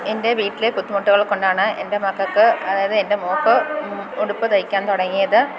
എൻ്റെ വീട്ടിലെ ബുദ്ധിമുട്ടുകൾ കൊണ്ടാണ് എൻ്റെ മക്കൾക്ക് അതായത് എൻ്റെ മോൾക്ക് ഉടുപ്പ് തയ്ക്കാൻ തുടങ്ങിയത്